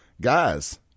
Guys